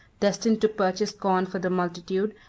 destined to purchase corn for the multitude,